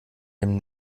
dem